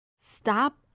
stop